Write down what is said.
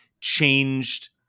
changed